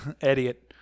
Idiot